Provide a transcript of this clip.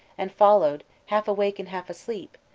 and followed, half awake and half asleep,